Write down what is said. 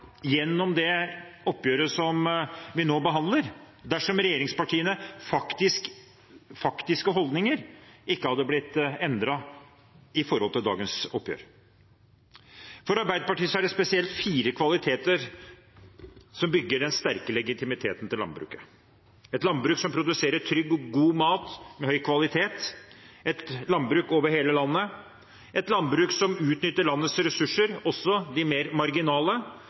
gjennom det oppgjøret som vi nå behandler, dersom regjeringspartienes faktiske holdninger ikke hadde blitt endret i forhold til dagens oppgjør. For Arbeiderpartiet er det spesielt fire kvaliteter som bygger den sterke legitimiteten til landbruket. Det er et landbruk som produserer trygg og god mat med høy kvalitet et landbruk over hele landet et landbruk som utnytter landets ressurser, også de mer marginale